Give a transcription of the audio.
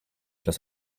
das